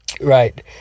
right